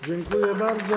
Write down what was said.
Dziękuję bardzo.